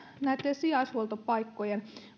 näiden sijaishuoltopaikkojen